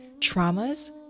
traumas